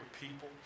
people